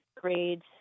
grades